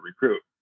recruit